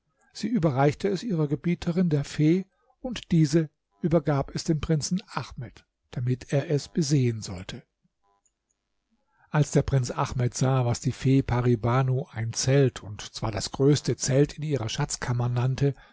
sie überreichte es ihrer gebieterin der fee und diese übergab es dem prinzen ahmed damit er es besehen sollte als der prinz ahmed sah was die fee pari banu ein zelt und zwar das größte zelt in ihrer schatzkammer nannte